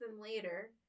later